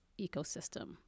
ecosystem